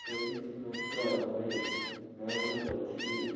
ଚବିଶ ମନ୍ତ୍ର ମୁଢ଼ି ମହଜୁଦ ଅଛି କି